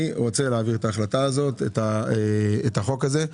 אני רוצה להעביר את החוק הזה.